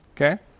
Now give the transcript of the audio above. Okay